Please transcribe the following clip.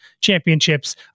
championships